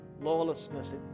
lawlessness